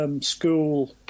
School